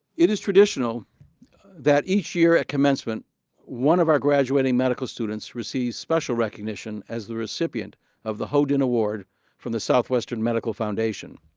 it is traditional that each year at commencement one of our graduating medical students receives special recognition as the recipient of the ho din award from the southwestern medical foundation.